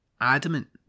adamant